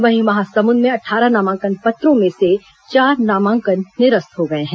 वहीं महासमुंद में अट्ठारह नामांकन पत्रों में से चार नामांकन निरस्त हो गए हैं